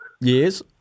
Yes